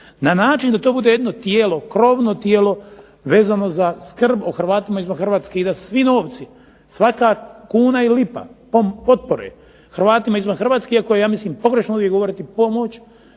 na način da to bude jedno tijelo, krovno tijelo vezano za skrb o Hrvatima izvan Hrvatske i da se svi novci, svaka kuna i lipa potpore Hrvatima izvan Hrvatske, iako je ja mislim pogrešno ovdje govoriti pomoć